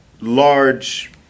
large